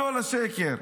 לא לשקר.